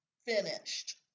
finished